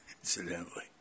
incidentally